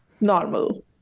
Normal